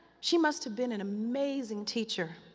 she must have been an amazing teacher,